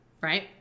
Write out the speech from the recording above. right